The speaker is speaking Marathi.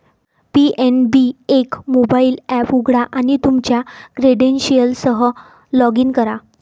पी.एन.बी एक मोबाइल एप उघडा आणि तुमच्या क्रेडेन्शियल्ससह लॉग इन करा